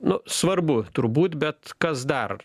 nu svarbu turbūt bet kas dar